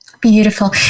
Beautiful